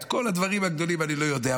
את כל הדברים הגדולים אני לא יודע,